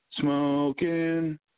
smoking